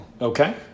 Okay